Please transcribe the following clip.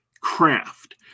craft